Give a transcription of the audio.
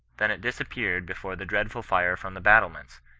than it disap peared before the dreadful fire from the battlements,